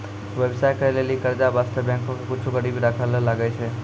व्यवसाय करै लेली कर्जा बासतें बैंको के कुछु गरीबी राखै ले लागै छै